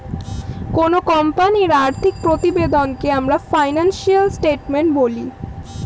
কোনো কোম্পানির আর্থিক প্রতিবেদনকে আমরা ফিনান্সিয়াল স্টেটমেন্ট বলি